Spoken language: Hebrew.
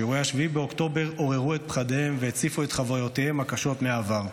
שאירועי 7 באוקטובר עוררו את פחדיהם והציפו את חוויותיהם הקשות מהעבר.